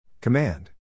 Command